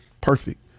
Perfect